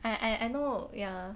I I I know ya